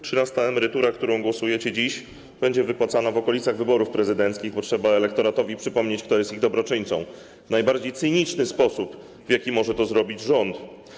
Trzynasta emerytura, nad którą dziś głosujecie, będzie wypłacana w okolicach wyborów prezydenckich, bo trzeba elektoratowi przypomnieć, kto jest ich dobroczyńcą najbardziej cyniczny sposób, w jaki to może zrobić rząd.